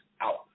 out